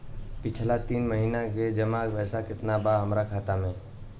पिछला तीन महीना के जमा पैसा केतना बा हमरा खाता मे?